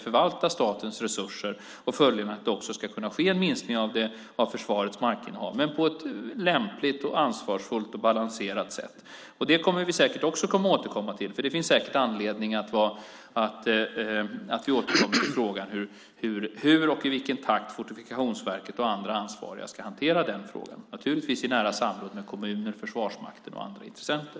Följaktligen ska det också kunna ske en minskning av försvarets markinnehav på ett lämpligt, ansvarsfullt och balanserat sätt. Det kommer vi säkert också att återkomma till. Det finns säkert anledning att återkomma till frågan om hur och i vilken takt Fortifikationsverket och andra ansvariga ska hantera den frågan. Det ska naturligtvis ske i nära samråd med kommuner, Försvarsmakten och andra intressenter.